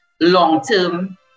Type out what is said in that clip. long-term